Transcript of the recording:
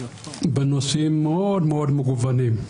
בנושאים מאוד מאוד מגוונים.